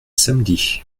samedi